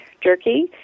jerky